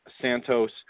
Santos